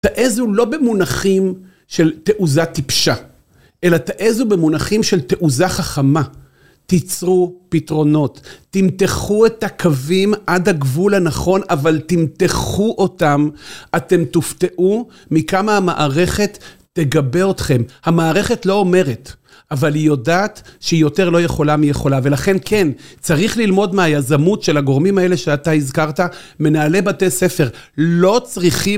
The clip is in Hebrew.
תעזו לא במונחים של תעוזה טיפשה, אלא תעזו במונחים של תעוזה חכמה. תיצרו פתרונות, תמתחו את הקווים עד הגבול הנכון, אבל תמתחו אותם, אתם תופתעו מכמה המערכת תגבה אתכם. המערכת לא אומרת, אבל היא יודעת שהיא יותר לא יכולה מי יכולה, ולכן כן, צריך ללמוד מהייזמות של הגורמים האלה שאתה הזכרת, מנהלי בתי ספר. לא צריכים...